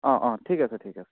অঁ অঁ ঠিক আছে ঠিক আছে